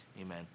Amen